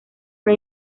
una